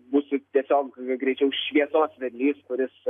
būsiu tiesiog greičiau šviesos vedlys kuris